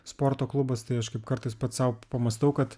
sporto klubas tai aš kaip kartais pats sau pamąstau kad